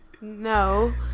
no